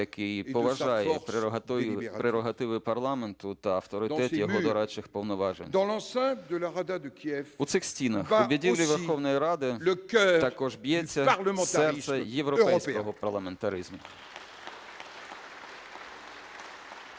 який поважає прерогативи парламенту та авторитет його дорадчих повноважень. У цих стінах, у будівлі Верховної Ради, також б'ється серце європейського парламентаризму.